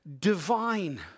divine